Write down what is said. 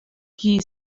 chi